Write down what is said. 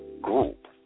group